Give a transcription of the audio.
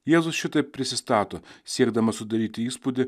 jėzus šitaip prisistato siekdamas sudaryti įspūdį